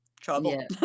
trouble